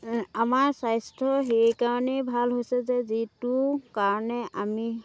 আমাৰ স্বাস্থ্য সেইকাৰণেই ভাল হৈছে যে যিটো কাৰণে আমি